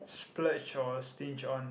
splurge or stinge on